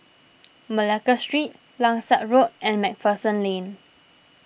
Malacca Street Langsat Road and MacPherson Lane